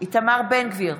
איתמר בן גביר,